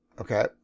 okay